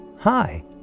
Hi